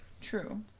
True